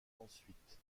ensuite